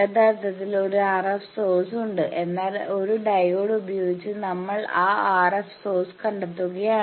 യഥാർത്ഥത്തിൽ ഒരു RF source ഉണ്ട് എന്നാൽ ഒരു ഡയോഡ് ഉപയോഗിച്ച് നമ്മൾ ആ RF സോഴ്സ് കണ്ടെത്തുകയാണ്